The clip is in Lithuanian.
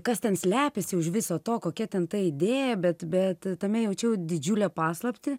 kas ten slepiasi už viso to kokia ten ta idėja bet bet tame jaučiau didžiulę paslaptį